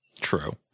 True